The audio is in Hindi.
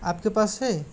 आपके पास है